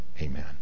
Amen